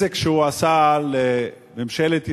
הנזק שהוא עשה לממשלת ישראל,